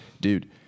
dude